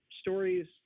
stories